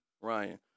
Ryan